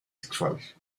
sexuales